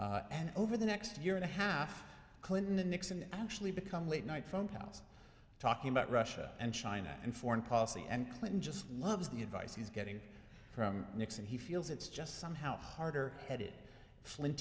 night and over the next year and a half clinton and nixon actually become late night phone calls talking about russia and china and foreign policy and clinton just loves the advice he's getting from nixon he feels it's just somehow harder had it flint